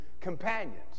companions